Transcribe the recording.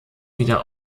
wieder